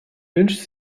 wünscht